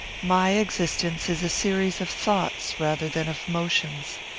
my existence is a series of thoughts rather than of motions.